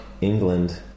England